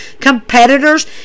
competitors